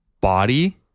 body